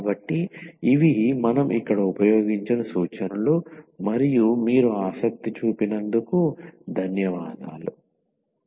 కాబట్టి ఇవి మనం ఇక్కడ ఉపయోగించిన సూచనలు మరియు మీరు ఆసక్తి చూపినందుకు ధన్యవాదములు